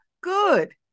good